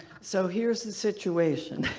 so here's the situation.